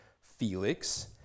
Felix